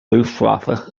luftwaffe